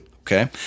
Okay